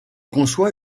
conçoit